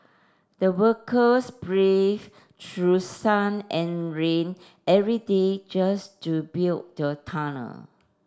the workers braved through sun and rain every day just to build the tunnel